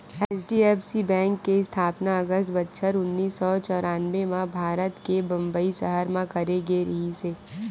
HDFC bank के इस्थापना अगस्त बछर उन्नीस सौ चौरनबें म भारत के बंबई सहर म करे गे रिहिस हे